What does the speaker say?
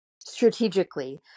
strategically